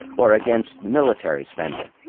or against military spending.